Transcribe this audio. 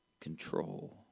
Control